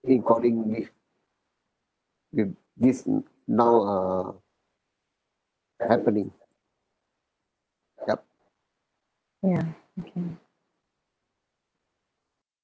with this now uh happening yup ya okay